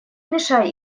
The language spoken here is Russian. мешай